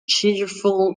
cheerful